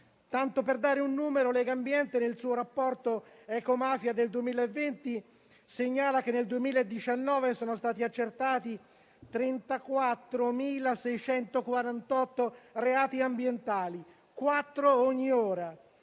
Tanto per dare un numero, Legambiente nel suo Rapporto Ecomafia del 2020 segnala che nel 2019 sono stati accertati 34.648 reati ambientali; quattro ogni ora,